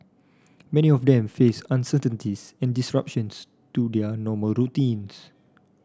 many of them faced uncertainties and disruptions to their normal routines